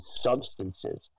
substances